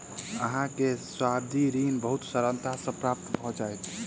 अहाँ के सावधि ऋण बहुत सरलता सॅ प्राप्त भ जाइत